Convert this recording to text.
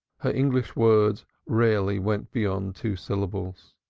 her english words rarely went beyond two syllables.